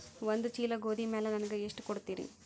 ಒಂದ ಚೀಲ ಗೋಧಿ ಮ್ಯಾಲ ನನಗ ಎಷ್ಟ ಕೊಡತೀರಿ?